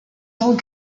tant